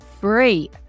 free